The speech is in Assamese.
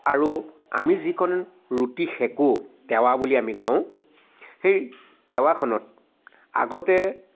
আৰু আমি যিকণ ৰুটি সেকোঁ টেৱা বুলি আমি কওঁ সেই টেৱাখনত আগতে